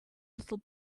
little